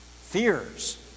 fears